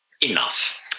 enough